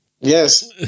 Yes